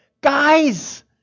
Guys